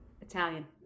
Italian